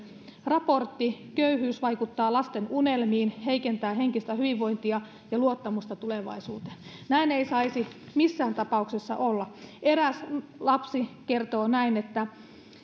raportti köyhyys vaikuttaa lasten unelmiin heikentää henkistä hyvinvointia ja luottamusta tulevaisuuteen näin ei saisi missään tapauksessa olla eräs lapsi kertoo näin